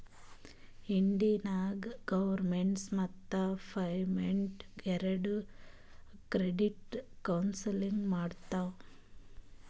India ನಾಗ್ government ಮತ್ತ private ಎರೆಡು ಕ್ರೆಡಿಟ್ ಕೌನ್ಸಲಿಂಗ್ ಮಾಡ್ತಾವ್